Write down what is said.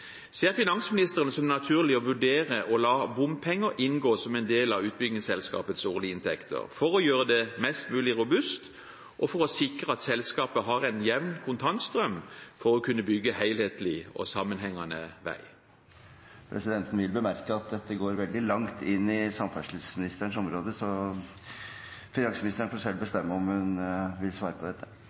Ser finansministeren det som naturlig å vurdere å la bompenger inngå som en del av utbyggingsselskapets årlige inntekter, for å gjøre det mest mulig robust og for å sikre at selskapet har en jevn kontantstrøm for å kunne bygge en helhetlig og sammenhengende vei? Presidenten vil bemerke at dette går veldig langt inn i samferdselsministerens område, så finansministeren får selv bestemme om hun vil svare på dette.